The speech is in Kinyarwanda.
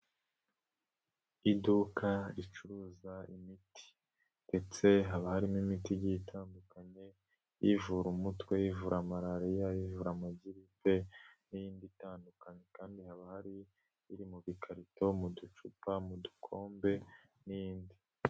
Iduka ricuruza imiti ndetse haba harimo imiti igiye itandukanye; ivura umutwe, ivura malaririya, ivura amagiripe n'iyindi itandukanye. Kandi haba hari iri mu ikarito, mu ducupa, mu dukombe n'iyindi.